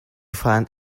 find